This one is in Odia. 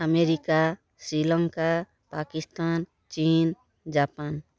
ଆମେରିକା ଶ୍ରୀଲଙ୍କା ପାକିସ୍ତାନ ଚୀନ୍ ଜାପାନ